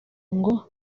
ngo